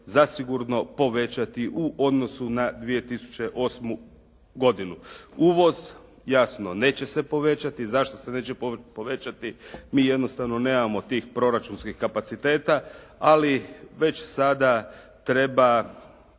zasigurno povećati u odnosu na 2008. godinu. Uvoz jasno neće se povećati. Zašto se neće povećati? Mi jednostavno nemamo tih proračunskih kapaciteta, ali već sada treba